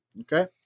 Okay